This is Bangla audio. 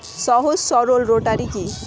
সহজ সরল রোটারি কি?